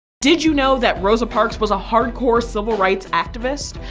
did you know that rosa parks was a hardcore civil rights activist?